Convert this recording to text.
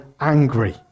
angry